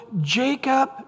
Jacob